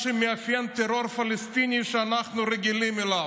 שמאפיין טרור פלסטיני שאנחנו רגילים אליו.